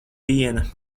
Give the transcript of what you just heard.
viena